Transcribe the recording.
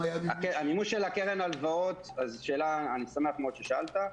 המימוש של קרן הלוואות אני שמח מאוד ששאלת.